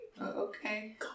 Okay